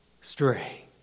stray